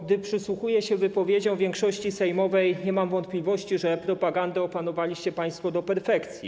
Gdy przysłuchuję się wypowiedziom większości sejmowej, nie mam wątpliwości, że propagandę opanowaliście państwo do perfekcji.